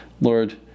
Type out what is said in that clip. Lord